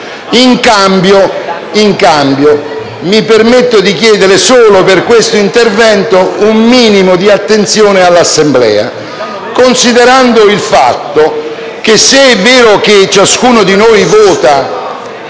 In cambio mi permetto di chiedere, solo per questo intervento, un minimo di attenzione all'Assemblea, considerando il fatto che, se è vero che ciascuno di noi vota